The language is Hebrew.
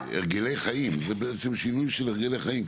הרגלי חיים, זה בעצם שינוי של הרגלי חיים.